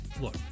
Look